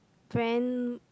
brand